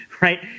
right